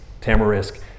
Tamarisk